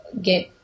get